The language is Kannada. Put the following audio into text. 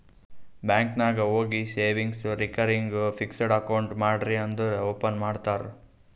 ಬ್ಯಾಂಕ್ ನಾಗ್ ಹೋಗಿ ಸೇವಿಂಗ್ಸ್, ರೇಕರಿಂಗ್, ಫಿಕ್ಸಡ್ ಅಕೌಂಟ್ ಮಾಡ್ರಿ ಅಂದುರ್ ಓಪನ್ ಮಾಡ್ತಾರ್